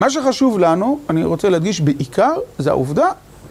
מה שחשוב לנו, אני רוצה להדגיש בעיקר, זה העובדה